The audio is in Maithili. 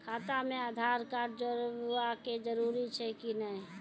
खाता म आधार कार्ड जोड़वा के जरूरी छै कि नैय?